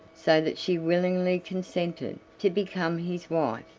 so that she willingly consented to become his wife.